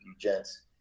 gents